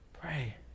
Pray